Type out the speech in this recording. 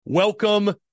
Welcome